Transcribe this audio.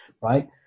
right